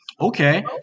okay